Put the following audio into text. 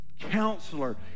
Counselor